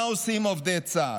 מה עושים עובדי צה"ל,